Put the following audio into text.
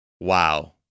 Wow